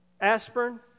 aspirin